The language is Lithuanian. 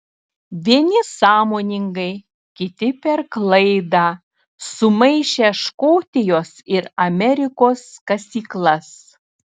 vieni sąmoningai kiti per klaidą sumaišę škotijos ir amerikos kasyklas